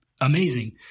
amazing